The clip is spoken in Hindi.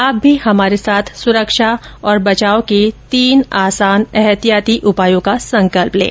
आप भी हमारे साथ सुरक्षा और बचाव के तीन आसान एहतियाती उपायों का संकल्प लें